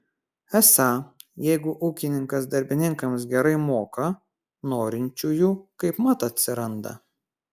esą jeigu ūkininkas darbininkams gerai moka norinčiųjų kaipmat atsiranda